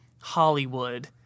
Hollywood